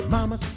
Mama